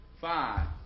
five